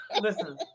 listen